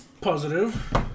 Positive